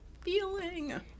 feeling